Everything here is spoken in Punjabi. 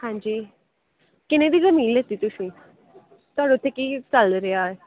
ਹਾਂਜੀ ਕਿੰਨੇ ਦੀ ਜ਼ਮੀਨ ਲਿੱਤੀ ਤੁਸੀਂ ਤੁਹਾਡਾ ਉੱਥੇ ਕੀ ਚੱਲ ਰਿਹਾ